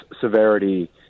severity